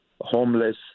homeless